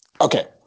okay